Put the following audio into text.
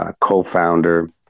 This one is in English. co-founder